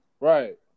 Right